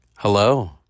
Hello